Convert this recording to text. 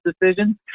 decisions